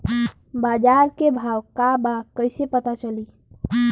बाजार के भाव का बा कईसे पता चली?